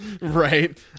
Right